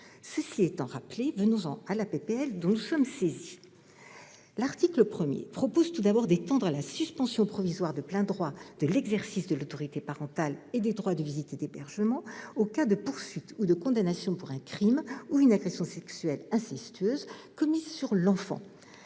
Cela étant rappelé, venons-en à la proposition de loi dont nous sommes saisis. L'article 1 vise tout d'abord à étendre la suspension provisoire de plein droit de l'exercice de l'autorité parentale et des droits de visite et d'hébergement aux cas de poursuites ou de condamnation pour un crime ou une agression sexuelle incestueuse commis sur l'enfant.